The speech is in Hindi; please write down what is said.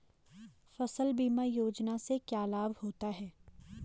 फसल बीमा योजना से क्या लाभ होता है?